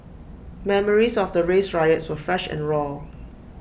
memories of the race riots were fresh and raw